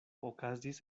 okazis